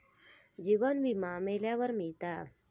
जीवन विमा मेल्यावर मिळता